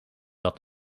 dat